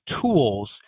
tools